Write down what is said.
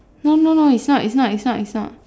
no no no is not is not is not is not